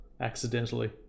accidentally